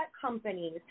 companies